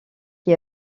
qui